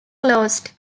closed